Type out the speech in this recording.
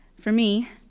for me,